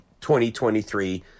2023